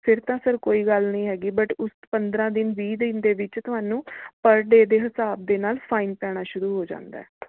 ਫਿਰ ਤਾਂ ਸਰ ਕੋਈ ਗੱਲ ਨਹੀਂ ਹੈਗੀ ਬਟ ਉਸ ਪੰਦਰਾ ਦਿਨ ਵੀਹ ਦਿਨ ਦੇ ਵਿੱਚ ਤੁਹਾਨੂੰ ਪਰ ਡੇਅ ਦੇ ਹਿਸਾਬ ਦੇ ਨਾਲ ਫਾਈਨ ਪੈਣਾ ਸ਼ੁਰੂ ਹੋ ਜਾਂਦਾ